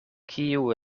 kiu